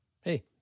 hey